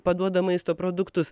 paduoda maisto produktus